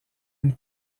une